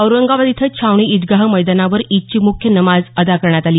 औरंगाबाद इथं छावणी इदगाह मैदानावर ईदची मुख्य नमाज अदा करण्यात आली